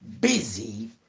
busy